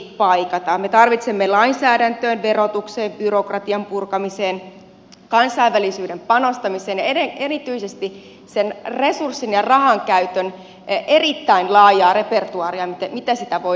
me tarvitsemme lainsäädäntöön verotukseen byrokratian purkamiseen kansainvälisyyteen panostamiseen ja erityisesti siihen resurssiin ja rahankäyttöön erittäin laajaa repertuaaria miten sitä voidaan siellä käyttää